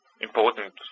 important